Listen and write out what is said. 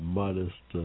modest